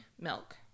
milk